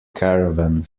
caravan